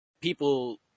people